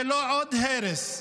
זה לא עוד הרס,